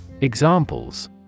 Examples